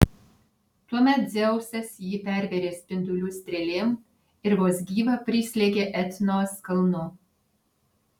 tuomet dzeusas jį pervėrė spindulių strėlėm ir vos gyvą prislėgė etnos kalnu